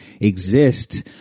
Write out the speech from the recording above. exist